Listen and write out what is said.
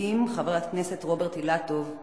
הכנסת רוברט אילטוב.